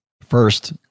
First